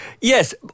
Yes